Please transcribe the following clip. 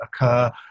occur